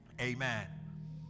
amen